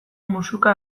musuka